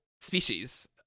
species